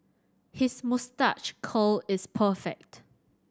his moustache curl is perfect